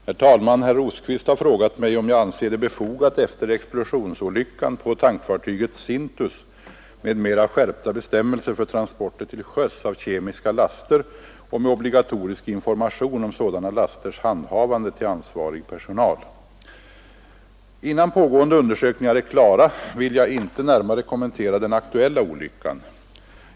Herr talman! Herr Rosqvist har frågat mig, om jag anser det befogat efter explosionsolyckan på tankfartyget Sintus med mera skärpta bestämmelser för transporter till sjöss av kemiska laster och med obligatorisk information om sådana lasters handhavande till ansvarig personal. Innan pågående undersökningar är klara vill jag inte närmare kommentera den aktuella olyckan.